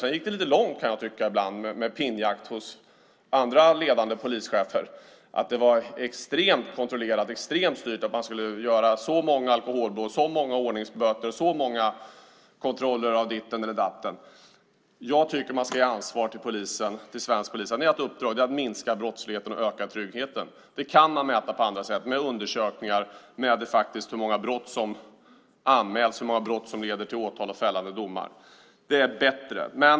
Sedan gick det ibland lite långt, kan jag tycka, med pinnjakt hos andra ledande polischefer. Det var extremt kontrollerat och styrt - så och så många alkoholblås, så och så många ordningsböter och så och så många kontroller av ditten eller datten. Jag tycker att man ska ge ansvar till svensk polis: Ert uppdrag är att minska brottsligheten och öka tryggheten. Det kan man mäta på andra sätt, till exempel med undersökningar, med hur många brott som faktiskt anmäls och hur många brott som leder till åtal och fällande domar. Det är bättre.